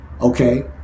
Okay